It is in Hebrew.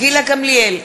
גילה גמליאל,